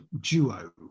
duo